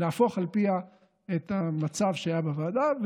להפוך על פיו את המצב שהיה בוועדה,